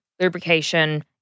lubrication